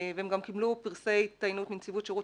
והם גם קיבלו פרסי הצטיינות מנציבות שירות